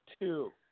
Two